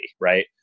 right